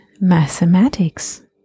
mathematics